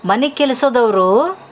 ಮನೆ ಕೆಲಸದವ್ರೂ